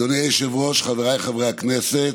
אדוני היושב-ראש, חבריי חברי הכנסת,